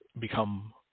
become